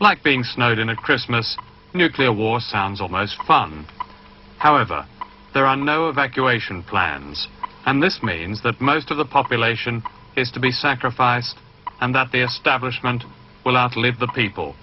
like being snowed in a christmas nuclear war sounds almost fun however there are no evacuation plans and this means that most of the population is to be sacrificed